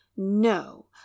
No